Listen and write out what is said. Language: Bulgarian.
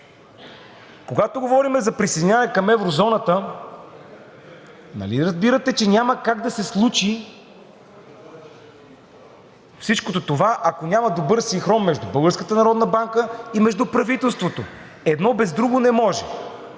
Когато говорим за присъединяване към еврозоната, нали разбирате, че няма как да се случи всичко това, ако няма добър синхрон между Българската народна банка и между правителството – едно без друго не може.